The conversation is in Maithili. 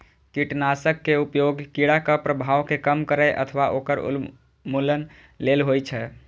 कीटनाशक के उपयोग कीड़ाक प्रभाव कें कम करै अथवा ओकर उन्मूलन लेल होइ छै